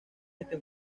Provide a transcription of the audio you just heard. este